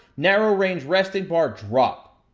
narrow range resting bar drop.